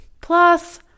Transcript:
plus